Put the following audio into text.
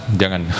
jangan